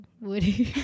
Woody